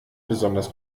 besonders